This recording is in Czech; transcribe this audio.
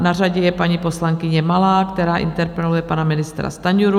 Na řadě je paní poslankyně Malá, která interpeluje pana ministra Stanjuru.